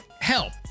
help